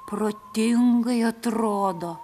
protingai atrodo